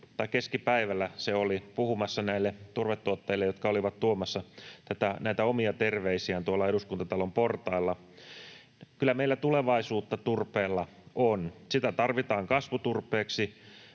tai keskipäivällä se oli, puhumassa näille turvetuottajille, jotka olivat tuomassa omia terveisiään tuolla Eduskuntatalon portailla. Kyllä meillä tulevaisuutta turpeella on. Sitä tarvitaan kasvuturpeeksi,